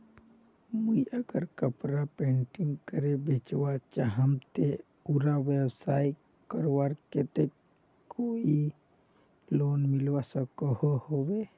मुई अगर कपड़ा पेंटिंग करे बेचवा चाहम ते उडा व्यवसाय करवार केते कोई लोन मिलवा सकोहो होबे?